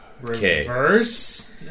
Reverse